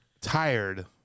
tired